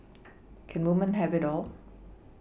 can women have it all